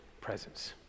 presence